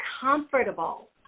comfortable